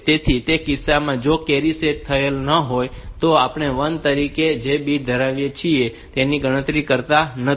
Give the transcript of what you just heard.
તેથી તે કિસ્સામાં જો કેરી સેટ કરેલ ન હોય તો આપણે 1 તરીકે જે બીટ ધરાવીએ છીએ તેની ગણતરી કરતા નથી